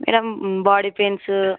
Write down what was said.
madam body pains